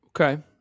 Okay